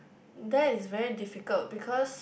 that is very difficult because